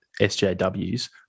SJWs